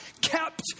kept